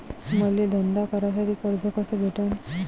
मले धंदा करासाठी कर्ज कस भेटन?